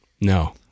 No